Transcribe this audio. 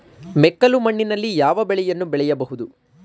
ಮೆಕ್ಕಲು ಮಣ್ಣಿನಲ್ಲಿ ಯಾವ ಬೆಳೆಯನ್ನು ಬೆಳೆಯಬಹುದು?